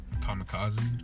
Kamikaze